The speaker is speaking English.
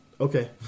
Okay